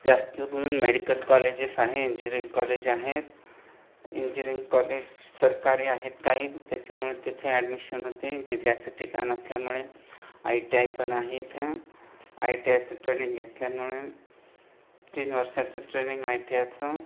जास्त करून medical colleges आहे इंजीरिंग कॉलेज आहेत इंजींरिंग कॉलेज सरकारी आहेत काही त्याच्यामुळे तिथे ॲडमिशन होते जिल्ह्याचे ठिकाण असल्यामुळे आय टी आय पण आहे इथे आय टी आयचं ट्रेनिंग घेतल्यामुळे तीन वर्षाचं ट्रेनिंग आय टी आयचं